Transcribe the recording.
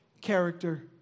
character